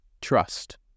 Trust